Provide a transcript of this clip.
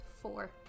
Four